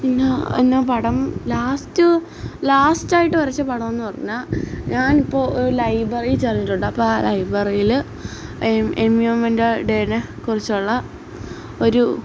പിന്നെ പിന്നെ പടം ലാസ്റ്റ് ലാസ്റ്റായിട്ട് വരച്ച പടം എന്ന് പറഞ്ഞാൽ ഞാനിപ്പോൾ ഒര് ലൈബ്രറിയിൽ ചെന്നിട്ടുണ്ട് അപ്പം ആ ലൈബ്രറിയിൽ എം എന്വെയോമെന്റ ഡേനെ കുറിച്ചുള്ള ഒരു